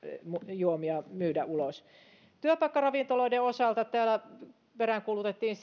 juomia myydä ulos työpaikkaravintoloiden osalta täällä peräänkuulutettiin